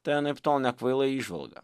tai anaiptol nekvaila įžvalga